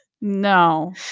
no